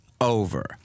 over